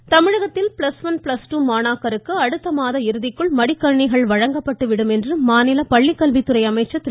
செங்கோட்டையன் தமிழகத்தில் plus one plus two மாணாக்கருக்கு அடுத்த மாத இறுதிக்குள் மடிக்கணிணிகள் வழங்கப்பட்டு விடும் என்று மாநில பள்ளிக்கல்வித்துறை அமைச்சர் திரு